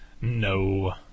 No